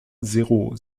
zéro